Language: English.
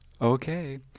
Okay